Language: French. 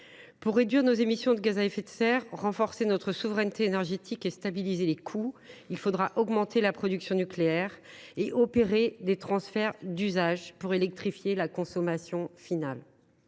Pour réduire nos émissions de gaz à effet de serre, renforcer notre souveraineté énergétique et stabiliser les coûts, il faudra augmenter la production nucléaire et opérer des transferts d’usage afin d’électrifier notre consommation finale.